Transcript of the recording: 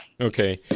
Okay